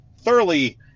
thoroughly